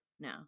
No